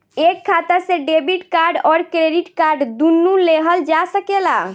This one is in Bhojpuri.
एक खाता से डेबिट कार्ड और क्रेडिट कार्ड दुनु लेहल जा सकेला?